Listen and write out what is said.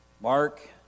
Mark